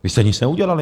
Vy jste nic neudělali.